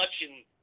touching